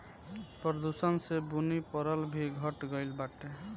प्रदूषण से बुनी परल भी घट गइल बाटे